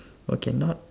okay not